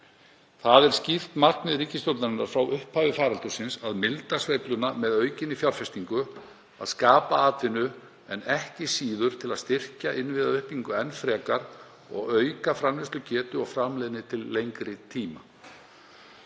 Það er skýrt markmið ríkisstjórnarinnar frá upphafi faraldursins að milda sveifluna með aukinni fjárfestingu, að skapa atvinnu, en ekki síður að styrkja innviðauppbyggingu enn frekar og auka framleiðslugetu og framleiðni til lengri tíma.